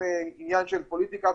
עניין של פוליטיקה,